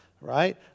right